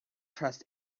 trust